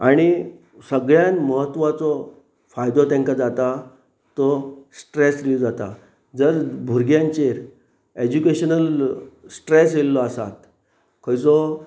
आनी सगळ्यान म्हत्वाचो फायदो तांकां जाता तो स्ट्रेस रिलीव जाता जर भुरग्यांचेर एज्युकेशनल स्ट्रेस येयल्लो आसात खंयचो